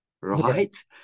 right